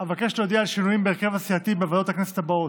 אבקש להודיע על שינויים בהרכב הסיעתי בוועדות הכנסת הבאות: